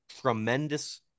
tremendous